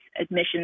admission